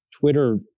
Twitter